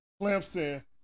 Clemson